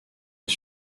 les